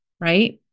Right